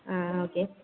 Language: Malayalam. ആ ഓക്കെ